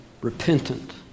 repentant